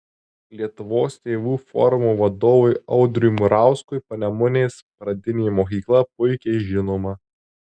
lietuvos tėvų forumo vadovui audriui murauskui panemunės pradinė mokykla puikiai žinoma